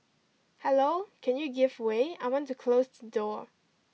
hello can you give way I want to close the door